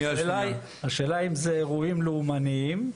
השאלה היא אם זה אירועים לאומניים,